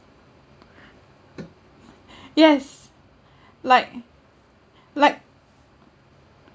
yes like like